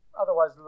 otherwise